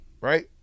right